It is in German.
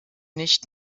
nicht